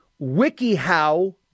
wikiHow